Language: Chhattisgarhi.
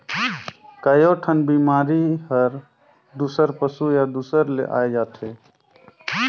कयोठन बेमारी हर दूसर पसु या दूसर ले आये जाथे